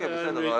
בסדר.